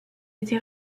été